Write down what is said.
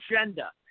agenda